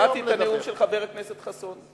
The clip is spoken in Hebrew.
שמעתי את נאום חבר הכנסת חסון.